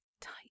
tight